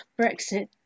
Brexit